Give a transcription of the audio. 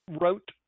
wrote